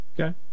Okay